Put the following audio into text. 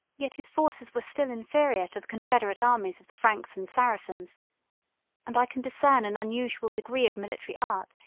yet his forces were still inferior to the confederate armies of the franks and saracens and i can discern an unusual degree of military art,